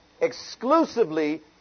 exclusively